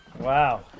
Wow